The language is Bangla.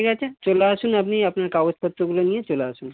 ঠিক আছে চলে আসুন আপনি আপনার কাগজপত্রগুলো নিয়ে চলে আসুন